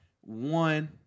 one